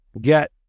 get